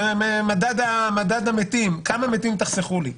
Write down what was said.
כמה מתים תחסכו לי.